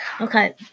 Okay